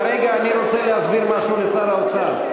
כרגע אני רוצה להסביר משהו לשר האוצר.